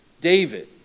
David